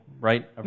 right